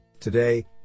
Today